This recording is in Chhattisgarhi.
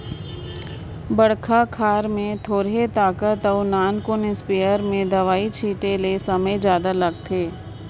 बड़खा खायर में थोरहें ताकत अउ नानकुन इस्पेयर में दवई छिटे ले समे जादा लागथे